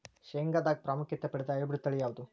ಶೇಂಗಾದಾಗ ಪ್ರಾಮುಖ್ಯತೆ ಪಡೆದ ಹೈಬ್ರಿಡ್ ತಳಿ ಯಾವುದು?